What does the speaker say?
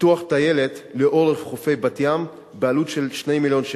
פיתוח טיילת לאורך חופי בת-ים בעלות של 2 מיליון שקלים,